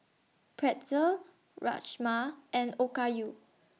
Pretzel Rajma and Okayu